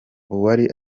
uwari